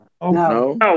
No